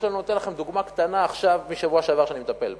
אתן לכם דוגמה קטנה מהשבוע שעבר שאני מטפל בה.